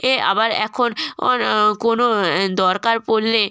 এ আবার এখন কোনো দরকার পড়লে